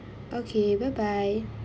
okay bye bye